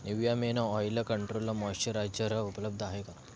Nivea men oil control moisturiser उपलब्ध आहे का